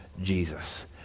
Jesus